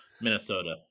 Minnesota